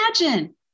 imagine